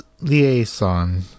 liaison